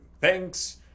Thanks